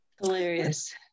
Hilarious